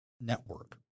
network